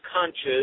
conscious